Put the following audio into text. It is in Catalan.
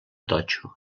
totxo